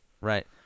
Right